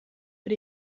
but